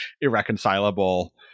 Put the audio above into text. irreconcilable